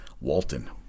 Walton